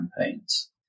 campaigns